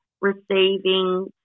receiving